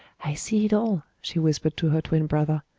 i see it all, she whispered to her twin brother.